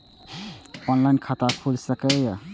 Online खाता खुल सके ये?